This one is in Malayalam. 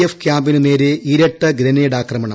എഫ് കൃാമ്പിനു നേരെ ഇരട്ട ഗ്രനേഡ് ആക്രമണം